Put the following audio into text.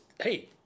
hey